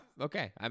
Okay